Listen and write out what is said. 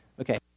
Okay